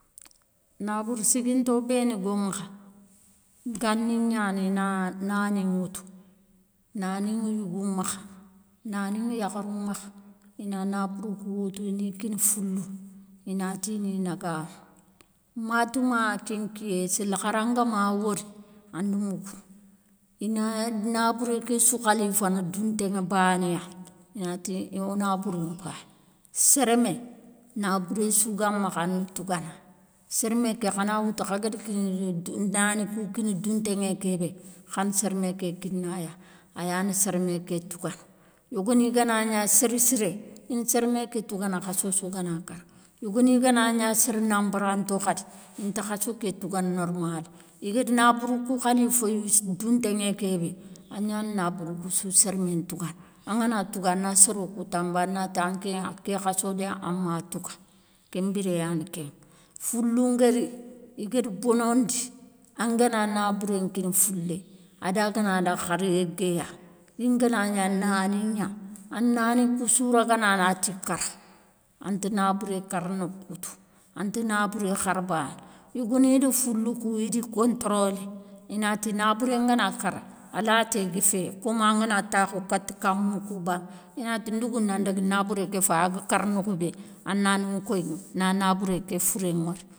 Nabourou siguinto béni go makha, gani gnani i na nani ŋoutou nani ŋa yougou makha, nani ŋa yakharou makha, i na nabourou kou woutou i ni kini foulou, i nati ni naganou, matouma kén kiyé séli hara ngama wori anda mougou, i na nabouré ké sou khalifana dou ntéŋé bané ya i nati, wonabourou npayi, sérémé, nabouré souga makha ana tougana, sérémé ké khana, woutou khana kigni, nani kou kina dountéŋé ké bé, khani sérémé ké kinaya, ayani sérémé ké tougana, yogoni ganagna séré siré ina sérémé ké, tougana khasso sou gana kara yogoni gana gna soro nanbaranto khady intakha khasso ké tougana normal, i gada nabourou kou khalifa dountéŋé kébé agnani nabourou koussou sérmé ntougana, angana touga a na soro kou tanbou a na ti anké ké khasso dé a ma touga. Kén biré yani kéŋa, foulou ngari i gada bonondi, angana nabouré nkini foulé, a da gana daga hara yiguéya koungana gna nani gna, ana nani koussou ragana a nati kara, anta nabouré kara nokhou tou, anta nabouré hari bané, yogoni da fouloukou ida controlé, inati nabouré gana kara a laté ga fé komo angana takhou kata kamou kou ba inati ndougou nan daga, nabouré ké fayi a ga kara nokhoubé a na non koyiŋa na nabouré ké fouré ŋori.